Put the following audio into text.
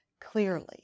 Clearly